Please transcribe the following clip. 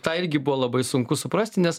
tą irgi buvo labai sunku suprasti nes